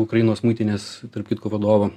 ukrainos muitinės tarp kitko vadovo